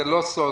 זה לא סוד,